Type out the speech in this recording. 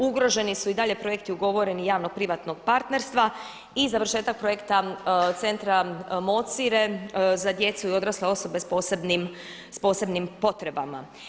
Ugroženi su i dalje projekti ugovorni javno privatnog partnerstva i završetak projekta centra Mocire za djecu i odrasle osobe sa posebnim potrebama.